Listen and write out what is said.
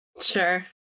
sure